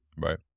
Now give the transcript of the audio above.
Right